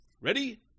Ready